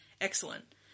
Excellent